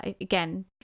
again